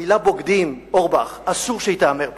המלה "בוגדים", אורבך, אסור שהיא תיאמר פה.